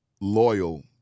loyal